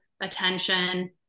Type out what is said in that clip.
attention